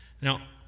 Now